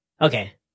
okay